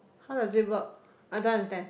how does it work I don't understand